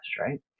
right